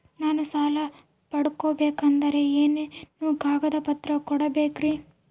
ನಾನು ಸಾಲ ಪಡಕೋಬೇಕಂದರೆ ಏನೇನು ಕಾಗದ ಪತ್ರ ಕೋಡಬೇಕ್ರಿ?